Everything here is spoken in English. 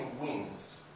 wins